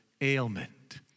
ailment